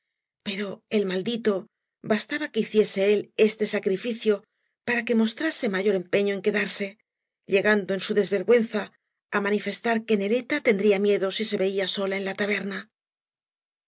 pero el maldito bastaba que hiciese él este sacriñcio para que mostrase mayor empeño en quedarse llegando en su desvergüenza á manifestar que neleta tendría miedo si se veía bola en la taberna